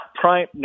prime